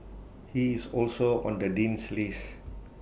he is also on the Dean's list